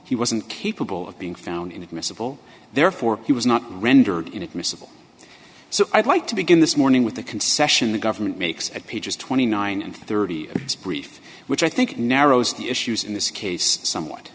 he wasn't capable of being found in admissible therefore he was not rendered inadmissible so i'd like to begin this morning with a concession the government makes at pages twenty nine and thirty brief which i think narrows the issues in this case somewhat